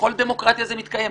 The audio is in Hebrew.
ובכל דמוקרטיה זה מתקיים.